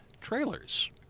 trailers